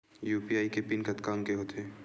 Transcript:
UPI के PIN कतका अंक के होथे?